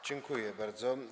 Dziękuję bardzo.